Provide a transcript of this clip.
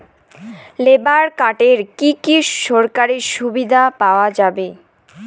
Labour কার্ডে কি কি সরকারি সুবিধা পাওয়া যাবে?